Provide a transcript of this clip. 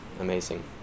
amazing